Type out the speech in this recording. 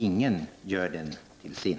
Ingen gör den till sin.